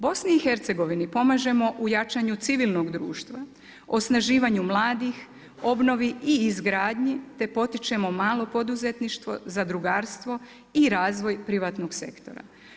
BIH pomažemo u jačanju civilnog društva, osnaživanju mladih, obnovi i izgradnji te potičemo malo poduzetništvo za drugarstvo i razvoj privatnog sektora.